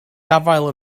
gafael